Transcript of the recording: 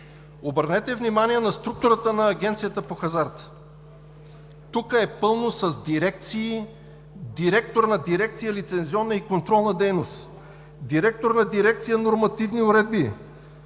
Обърнете внимание на структурата на Агенцията по хазарта. Тук е пълно с дирекции, директор на дирекция „Лицензионна и контролна дейност“; директор на дирекция „Нормативни уредби“,